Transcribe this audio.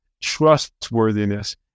trustworthiness